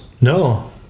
No